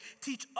teach